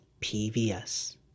PVS